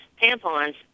tampons